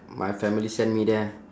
my family send me there